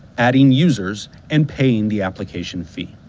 adding users, and paying the application fee.